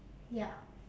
ya